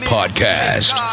Podcast